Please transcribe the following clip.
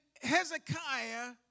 Hezekiah